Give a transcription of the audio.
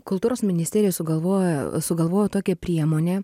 kultūros ministerija sugalvojo sugalvojo tokią priemonę